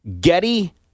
Getty